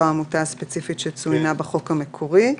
לא העמותה הספציפית שצוינה בחוק המקורי.